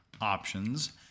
options